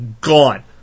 gone